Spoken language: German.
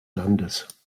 landes